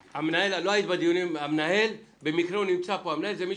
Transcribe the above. המנהל במקרה הוא נמצא פה הוא מי